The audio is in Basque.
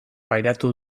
pairatu